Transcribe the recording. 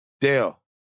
Dale